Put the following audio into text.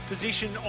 Position